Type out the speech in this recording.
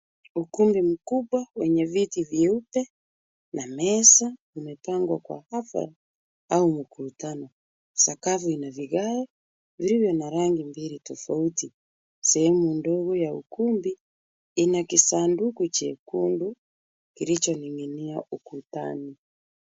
Ukumbi mkubwa wenye viti vyeupe na meza vimepangwa kwa hafla au mkutano. Sakafu ina vigae vilivyo na rangi mbili tofauti. Sehemu ndogo ya ukumbi ina kisanduku chekundu kilichoning'inia ukutani.